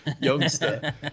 youngster